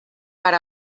per